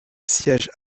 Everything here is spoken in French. siège